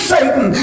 Satan